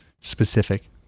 specific